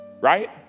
right